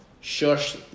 shush